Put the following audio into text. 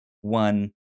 one